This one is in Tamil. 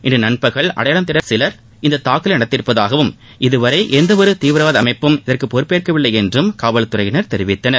இன்று நண்பகல் அடையாளம் தெரியாத சிவர் இந்த தாக்குதலை நடத்தியிருப்பதாகவும் இதுவரை எந்தவொரு தீவிரவாத அமைப்பும் இதற்கு பொறுப்பேற்கவில்லை என்றும் காவல்துறையினர் தெரிவித்தனர்